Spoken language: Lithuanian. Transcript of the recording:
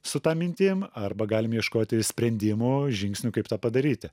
su ta mintim arba galim ieškoti sprendimų žingsnių kaip tą padaryti